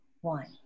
one